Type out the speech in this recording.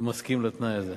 מסכים לתנאי הזה.